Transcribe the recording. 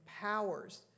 powers